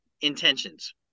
Intentions